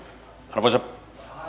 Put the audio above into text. arvoisa